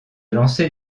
lancer